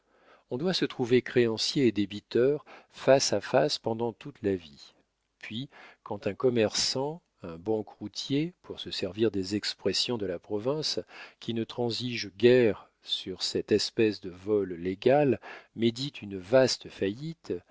on doit se trouver créanciers et débiteurs face à face pendant toute la vie puis quand un commerçant un banqueroutier pour se servir des expressions de la province qui ne transige guère sur cette espèce de vol légal médite une vaste faillite